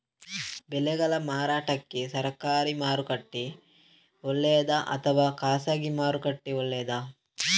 ಬೆಳೆಗಳ ಮಾರಾಟಕ್ಕೆ ಸರಕಾರಿ ಮಾರುಕಟ್ಟೆ ಒಳ್ಳೆಯದಾ ಅಥವಾ ಖಾಸಗಿ ಮಾರುಕಟ್ಟೆ ಒಳ್ಳೆಯದಾ